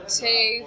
two